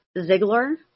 Ziegler